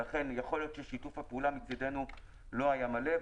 ולכן יכול להיות ששיתוף הפעולה מצדנו לא היה מלא.